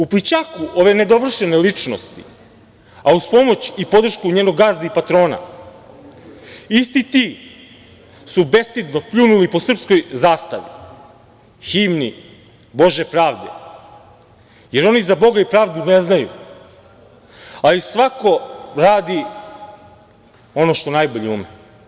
U plićaku ove nedovršene ličnosti, a uz pomoć i podršku njenom gazdi i patrona, isti ti su bestidno pljunuli po srpskoj zastavi, himni „Bože pravde“, jer oni za Boga i pravdu ne znaju, ali svako radi ono što najbolje ume.